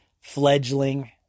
fledgling